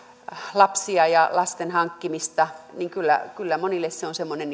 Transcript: lapsia ja lasten hankkimista niin kyllä kyllä monille se on semmoinen